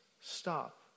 stop